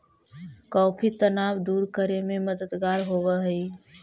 coffee तनाव दूर करे में मददगार होवऽ हई